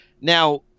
Now